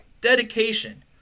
dedication